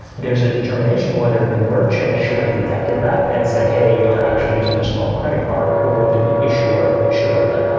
there's a determination whether the merchant should have detected that and said, hey, you are actually using a stolen credit card, or whether the issuer should've done that.